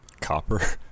Copper